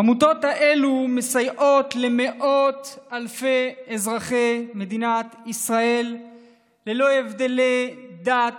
עמותות אלו מסייעות למאות אלפי אזרחי מדינת ישראל ללא הבדלי דת,